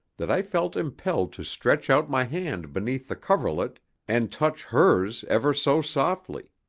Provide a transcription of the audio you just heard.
that i felt impelled to stretch out my hand beneath the coverlet and touch hers ever so softly.